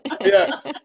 yes